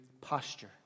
posture